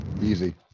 Easy